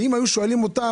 אם היו שואלים אתכם,